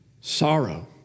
sorrow